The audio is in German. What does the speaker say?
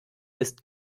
ist